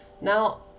Now